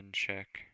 check